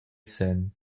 senn